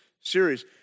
series